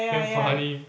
damn funny